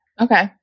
okay